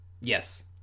Yes